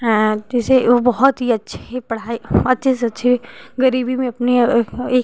हैं जैसे वो बहुत ही अच्छे पढ़ाई अच्छे से अच्छे गरीबी में अपनी एक